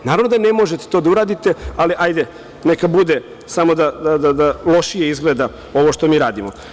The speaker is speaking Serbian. Naravno da ne možete to da uradite, ali hajde neka bude samo da lošije izgleda ovo što mi radimo.